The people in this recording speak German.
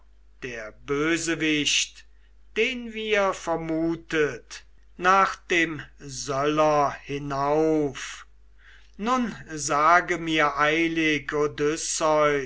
der bösewicht den wir vermutet nach dem söller hinauf nun sage mir eilig odysseus